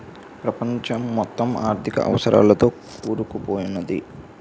ప్రపంచం మొత్తం ఆర్థిక అవసరాలతో కూడుకున్నదే